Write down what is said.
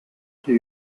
die